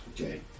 okay